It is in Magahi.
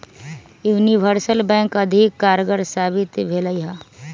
यूनिवर्सल बैंक अधिक कारगर साबित भेलइ ह